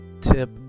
tip